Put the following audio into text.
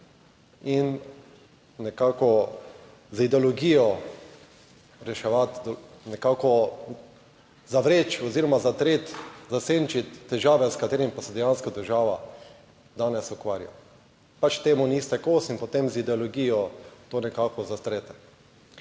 in nekako z ideologijo reševati, nekako zavreči oziroma zatreti, zasenčiti težave, s katerimi pa se dejansko država danes ukvarja. Pač, temu niste kos in potem z ideologijo to nekako zatrete.